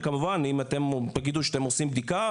וכמובן שאם אתם תגידו שאתם עושים בדיקה,